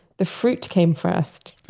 the fruit came first